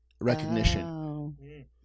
recognition